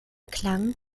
klang